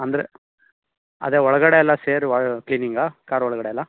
ಅಂದರೆ ಅದೇ ಒಳಗಡೆ ಎಲ್ಲ ಸೇರಿ ವ ಕ್ಲೀನಿಂಗಾ ಕಾರ್ ಒಳಗಡೆ ಎಲ್ಲ